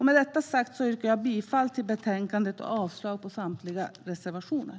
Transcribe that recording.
Med detta sagt yrkar jag bifall till förslaget i betänkandet och avslag på samtliga reservationer.